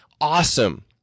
awesome